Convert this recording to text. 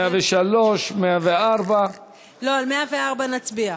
103, 104. לא, על 104 נצביע.